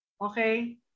Okay